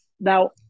now